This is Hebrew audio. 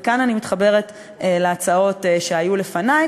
וכאן אני מתחברת להצעות שהיו לפני,